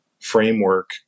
framework